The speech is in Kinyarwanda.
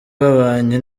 babanye